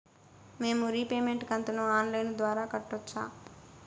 మేము రీపేమెంట్ కంతును online ద్వారా కట్టొచ్చా